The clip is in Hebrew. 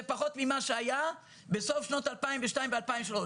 פחות ממה שהיה בסוף שנת 2002 ו-2003.